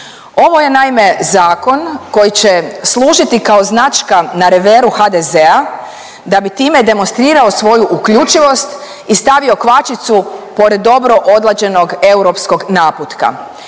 Ovo je, naime, zakon, koji će služiti kao značka na reveru HDZ-a da bi time demonstrirao svoju uključivost i stavio kvačicu pored dobro odrađenog europskog naputka.